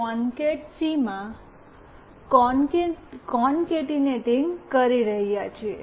concat C માં concatenating કરી રહ્યા છીએ